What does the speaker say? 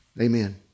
amen